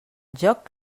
joc